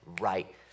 right